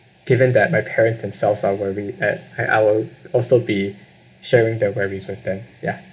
given that my parents themselves are worried and I will also be sharing their worries with them ya